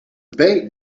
bait